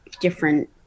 different